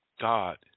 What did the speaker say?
God